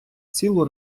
цілу